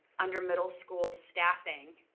under middle school staffing,